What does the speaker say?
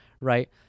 right